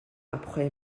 après